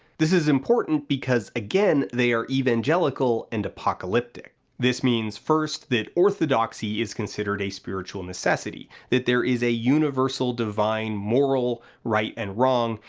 this is important because, again, they are evangelical and apocalyptic. this means, first, that orthodoxy is considered a spiritual necessity, that there is a universal divine moral right and wrong,